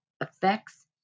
effects